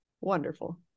Wonderful